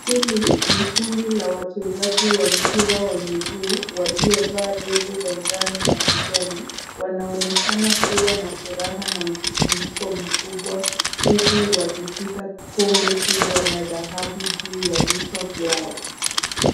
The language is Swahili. Hili ni kundi la wachezaji wa mpira wa miguu waliovaa jezi za njano na kijani. Wanaonekana kuwa na furaha na msisimuko mkubwa. huku wakishika kombe kubwa la dhahabu juu ya vichwa vyao.